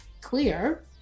clear